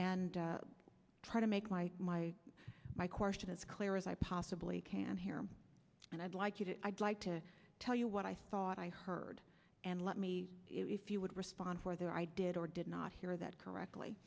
and try to make my my my question as clear as i possibly can here and i'd like you to i'd like to tell you what i thought i heard and let me if you would respond for there i did or did not hear that correctly